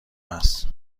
هست